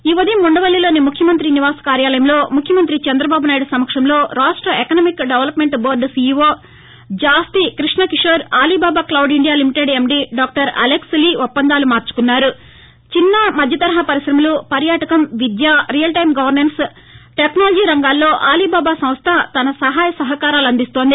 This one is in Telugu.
ఈ ఉదయం ఉండవల్లిలోని ముఖ్యమంత్రి నివాస కార్యాలయంలో ముఖ్యమంతి చంద్రబాబు నాయుడు సమక్షంలో రాష్ట economic development board CEO Jasti Krishna Kishore Alibaba cloud India limited MD doctor Alex Li ఒప్పందాలు మార్చుకున్నారు చిన్న మధ్య తరహా పరిశమలు పర్యాటకం విద్య రియల్ టైం గవెర్నెన్స్ టెక్నాలజీ రంగాల్లో అలీబాబా సంస్థ తన సహాయ సహకారాలు అందిస్తుంది